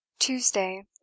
tuesday